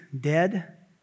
dead